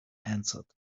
answered